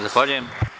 Zahvaljujem.